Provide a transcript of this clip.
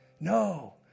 No